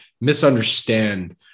misunderstand